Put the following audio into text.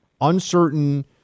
uncertain